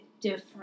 different